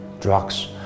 drugs